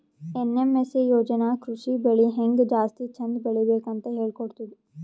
NMSA ಯೋಜನಾ ಕೃಷಿ ಬೆಳಿ ಹೆಂಗ್ ಜಾಸ್ತಿ ಚಂದ್ ಬೆಳಿಬೇಕ್ ಅಂತ್ ಹೇಳ್ಕೊಡ್ತದ್